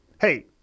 hey